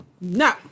no